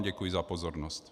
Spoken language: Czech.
Děkuji vám za pozornost. .